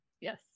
Yes